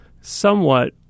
somewhat